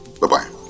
Bye-bye